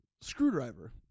Screwdriver